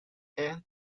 and